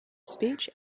speech